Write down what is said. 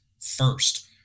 first